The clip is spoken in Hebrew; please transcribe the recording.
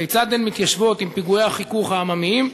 2. כיצד הן מתיישבות עם פיגועי החיכוך העממיים?